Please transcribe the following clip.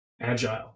agile